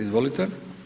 Izvolite.